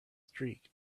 streak